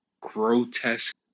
grotesque